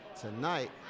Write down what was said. tonight